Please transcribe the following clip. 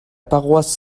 paroisse